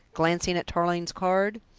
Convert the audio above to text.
glancing at tarling's card.